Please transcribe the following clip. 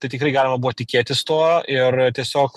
tai tikrai galima buvo tikėtis to ir tiesiog